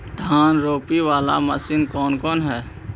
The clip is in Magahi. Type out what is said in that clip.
धान रोपी बाला मशिन कौन कौन है?